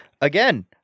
again